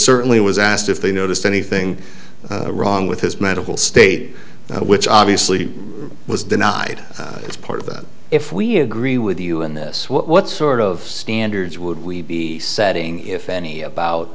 certainly was asked if they noticed anything wrong with his medical state which obviously was denied it's part of that if we agree with you in this what sort of standards would we be setting if any about